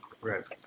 Right